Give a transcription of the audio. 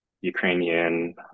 Ukrainian